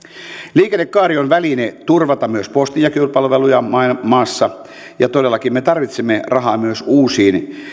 liikennekaari on väline turvata myös postinjakelupalveluja maassa maassa ja todellakin me tarvitsemme rahaa myös uusiin